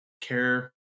care